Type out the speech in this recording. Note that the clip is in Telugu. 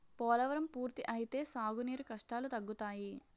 పోలవరం పూర్తి అయితే సాగు నీరు కష్టాలు తగ్గుతాయి